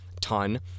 ton